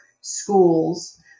schools